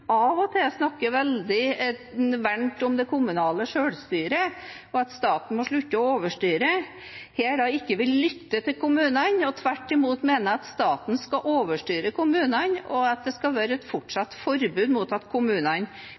av og til snakker veldig varmt om det kommunale selvstyret og at staten må slutte å overstyre, her ikke vil lytte til kommunene og tvert imot mener at staten skal overstyre kommunene, og at det skal være et fortsatt forbud mot at kommunene